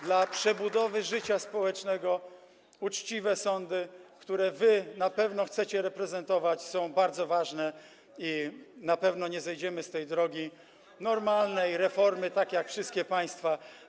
Dla przebudowy życia społecznego uczciwe sądy, które wy na pewno chcecie reprezentować, są bardzo ważne i na pewno nie zejdziemy z tej drogi normalnej reformy tak jak wszystkie państwa.